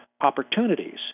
opportunities